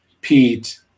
Pete